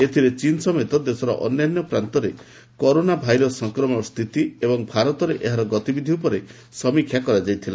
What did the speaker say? ଏଥିରେ ଚୀନ୍ ସମେତ ଦେଶର ଅନ୍ୟାନ୍ୟ ପ୍ରାନ୍ତରେ କରୋନା ଭାଇରସ ସଂକ୍ରମଣ ସ୍ଥିତି ଏବଂ ଭାରତରେ ଏହାର ଗତିବିଧି ଉପରେ ସମୀକ୍ଷା କରାଯାଇଥିଲା